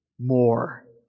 More